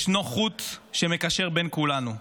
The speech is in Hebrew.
ישנו חוט שמקשר בין כולנו,